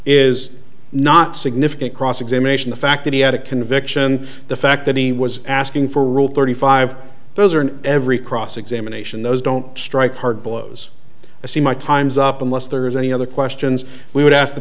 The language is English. is not significant cross examination the fact that he had a conviction the fact that he was asking for rule thirty five those are in every cross examination those don't strike hard blows i see my time's up unless there is any other questions we would ask t